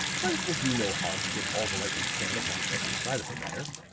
but it will do no harm to get all the light we can upon every side of the matter.